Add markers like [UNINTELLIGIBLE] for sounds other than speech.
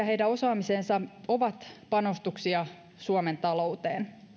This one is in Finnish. [UNINTELLIGIBLE] heidän osaamiseensa ovat panostuksia suomen talouteen